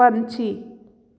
ਪੰਛੀ